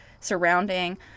surrounding